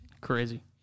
Crazy